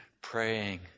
praying